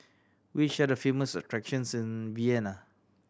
which are the famous attraction Vienna